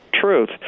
truth